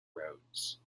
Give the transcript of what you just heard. roads